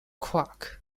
quack